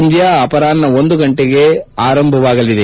ಪಂದ್ಯ ಅಪರಾಹ್ಯ ಒಂದು ಗಂಟೆಗೆ ಆರಂಭವಾಗಲಿದೆ